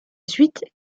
suite